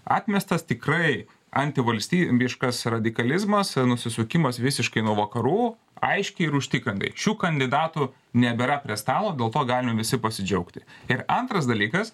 atmestas tikrai antivalstybiškas radikalizmas nusisukimas visiškai nuo vakarų aiškiai ir užtikrintai šių kandidatų nebėra prie stalo dėl to galim visi pasidžiaugti ir antras dalykas